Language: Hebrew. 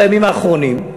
בימים האחרונים,